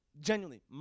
Genuinely